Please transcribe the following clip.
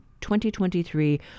2023